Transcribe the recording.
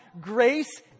grace